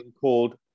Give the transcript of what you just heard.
called